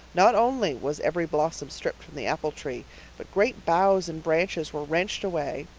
not only was every blossom stripped from the apple trees but great boughs and branches were wrenched away.